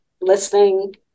listening